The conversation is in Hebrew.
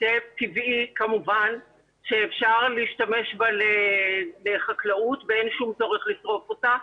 טבעי שאפשר להשתמש בה לחקלאות ואין שום צורך לשרוף אותה.